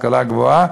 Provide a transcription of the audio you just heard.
השכלה גבוהה,